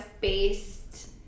based